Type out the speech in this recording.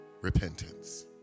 repentance